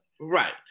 Right